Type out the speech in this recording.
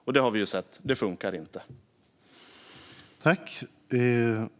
Att det inte funkar har vi sett.